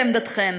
להביע את עמדתכן.